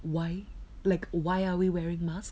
why like why are we wearing mask